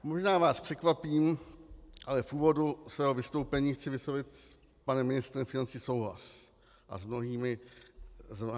Možná vás překvapím, ale v úvodu svého vystoupení chci vyslovit s panem ministrem financí souhlas, a s mnohými z vás.